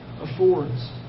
affords